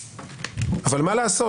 אבל מה לעשות?